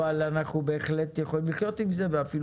אבל אנחנו בהחלט יכולים לחיות עם זה ואפילו